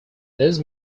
this